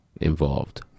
involved